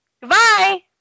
Goodbye